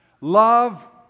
love